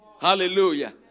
Hallelujah